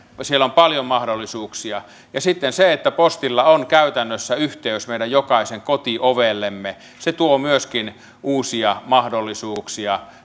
siellä on paljon mahdollisuuksia sitten on se että postilla on käytännössä yhteys meidän jokaisen kotiovelle myöskin se tuo uusia mahdollisuuksia